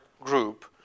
group